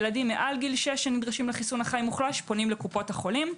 ילדים מעל גיל 6 שנדרשים לחיסון החי מוחלש פונים לקופות החולים.